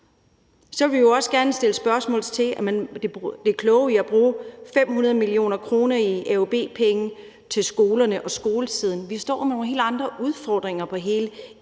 Så vil vi også gerne sætte spørgsmålstegn ved det kloge i at bruge 500 mio. kr. i AUB-penge til skolerne og skolesiden, for vi står med nogle helt andre udfordringer i hele